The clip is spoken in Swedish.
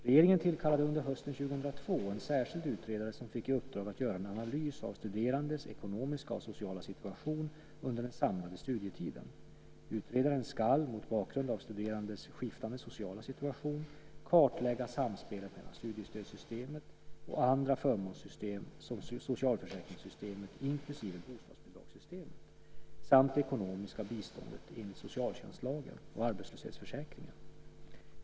Regeringen tillkallade under hösten 2002 en särskild utredare som fick i uppdrag att göra en analys av studerandes ekonomiska och sociala situation under den samlade studietiden. Utredaren ska, mot bakgrund av de studerandes skiftande sociala situation, kartlägga samspelet mellan studiestödssystemet och andra förmånssystem som socialförsäkringssystemet inklusive bostadsbidragssystemet samt det ekonomiska biståndet enligt socialtjänstlagen och arbetslöshetsförsäkringen.